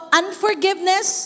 unforgiveness